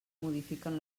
modifiquen